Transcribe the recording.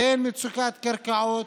אין מצוקת קרקעות,